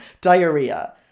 diarrhea